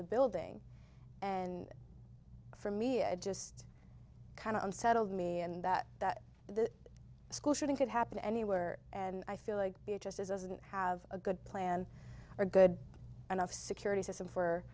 the building and for me it just kind of unsettled me and that that the school shooting could happen anywhere and i feel like it just isn't have a good plan or good enough security system for